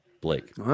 Blake